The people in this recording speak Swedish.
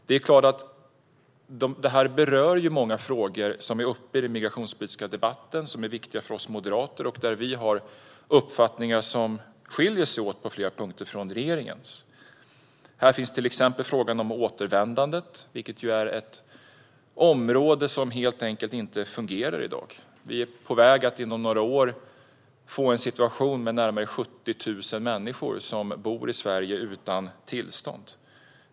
Det är klart att detta berör många frågor i den migrationspolitiska debatten som är viktiga för oss moderater och där vi har uppfattningar som på flera punkter skiljer sig från regeringens. Här finns till exempel frågan om återvändandet, vilket är ett område som helt enkelt inte fungerar i dag. Vi är på väg att inom några år få en situation med närmare 70 000 människor som bor i Sverige utan tillstånd.